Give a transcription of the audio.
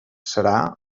serà